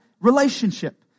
relationship